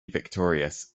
victorious